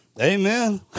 Amen